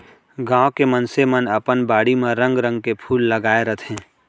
गॉंव के मनसे मन अपन बाड़ी म रंग रंग के फूल लगाय रथें